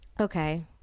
Okay